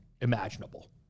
imaginable